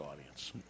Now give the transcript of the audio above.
audience